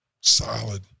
solid